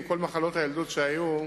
עם כל מחלות הילדות שהיו,